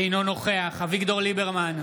אביגדור ליברמן,